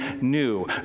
new